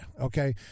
okay